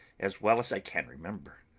as well as i can remember